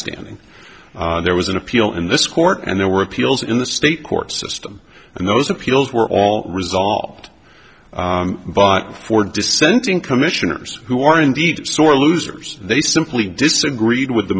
standing there was an appeal in this court and there were appeals in the state court system and those appeals were all resolved by four dissenting commissioners who are indeed sore losers they simply disagreed with the